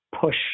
push